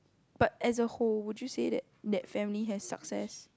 but as a whole would you say that that family has success